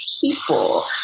people